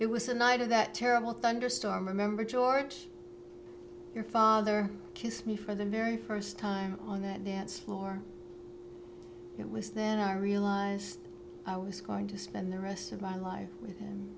it was the night of that terrible thunderstorm remember george your father kissed me for the very first time on that dance floor it was then i realized i was going to spend the rest of my life with